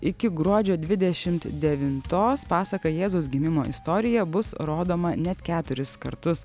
iki gruodžio dvidešimt devintos pasaka jėzaus gimimo istorija bus rodoma net keturis kartus